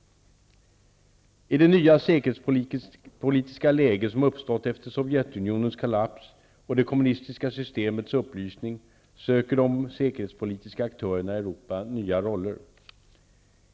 I det nya säkerhetspolitiska läge som uppstått efter Sovjetunionens kollaps och det kommunistiska systemets upplösning, söker de säkerhetspolitiska aktörerna i Europa nya roller.